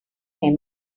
him